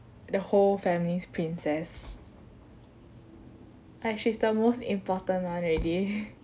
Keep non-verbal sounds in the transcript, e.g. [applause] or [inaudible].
the whole family's princess like she's the most important one [laughs] already